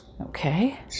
Okay